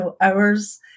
hours